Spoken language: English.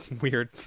weird